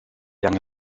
lange